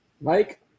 Mike